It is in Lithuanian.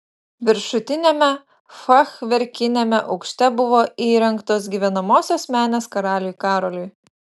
viršutiniame fachverkiniame aukšte buvo įrengtos gyvenamosios menės karaliui karoliui